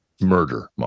murder